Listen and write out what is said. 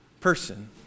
person